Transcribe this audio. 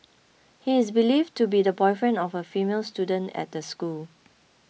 he is believed to be the boyfriend of a female student at the school